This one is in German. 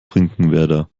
finkenwerder